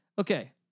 Okay